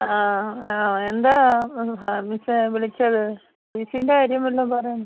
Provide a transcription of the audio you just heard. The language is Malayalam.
ആ ആ എന്താണ് ഹാ മിസ്സ് വിളിച്ചത് ഫീസിൻ്റെ കാര്യം വല്ലതും പറയാനാണോ